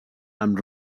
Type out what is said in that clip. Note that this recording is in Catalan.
amb